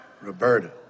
Roberta